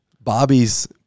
Bobby's